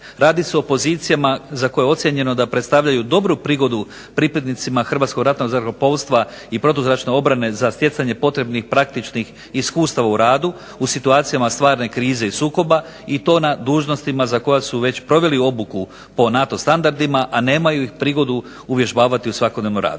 Radi se o pozicijama za koje je ocijenjeno da predstavljaju dobru prigodu pripadnicima Hrvatskog ratnog zrakoplovstva i protuzračne obrane za stjecanje potrebnih praktičnih iskustava u radu u situacijama stvarne krize i sukoba i to na dužnostima za koja su već proveli obuku po NATO standardima, a nemaju ih prigodu uvježbavati u svakodnevnom radu.